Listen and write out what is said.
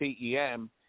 TEM